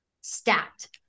stacked